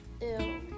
Ew